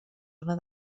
una